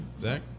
Zach